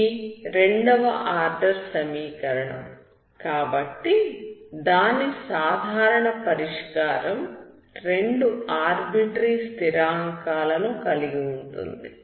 ఇది రెండవ ఆర్డర్ సమీకరణం కాబట్టి దాని సాధారణ పరిష్కారం రెండు ఆర్బిట్రేరి స్థిరాంకాలను కలిగి ఉంటుంది